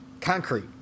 concrete